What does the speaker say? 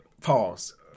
Pause